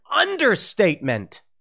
understatement